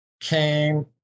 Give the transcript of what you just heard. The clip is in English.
came